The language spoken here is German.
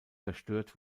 zerstört